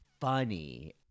funny